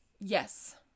Yes